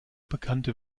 bekannte